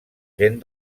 gent